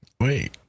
Wait